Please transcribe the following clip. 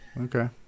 Okay